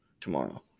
tomorrow